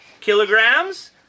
kilograms